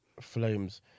Flames